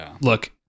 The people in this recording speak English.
look